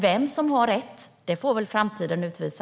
Vem som har rätt får väl framtiden utvisa.